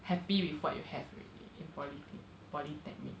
happy with what you have already in polyclin~ polytechnic